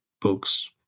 books